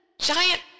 giant